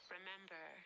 Remember